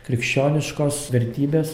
krikščioniškos vertybės